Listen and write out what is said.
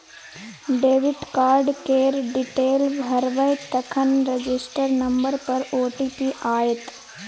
debit card केर detail भरबै तखन रजिस्टर नंबर पर ओ.टी.पी आएत